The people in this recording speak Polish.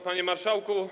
Panie Marszałku!